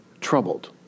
troubled